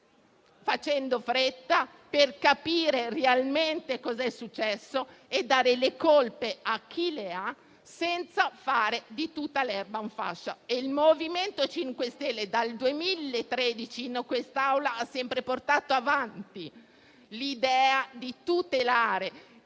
mettendo fretta, di capire realmente cosa è successo al «Forteto» e dare le colpe a chi le ha, senza fare di tutta l'erba un fascio. Il MoVimento 5 Stelle dal 2013 in quest'Aula ha sempre portato avanti l'idea di tutelare